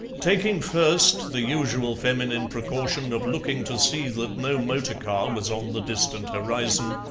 taking first the usual feminine precaution of looking to see that no motor-car was on the distant horizon,